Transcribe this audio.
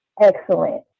excellent